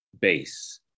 base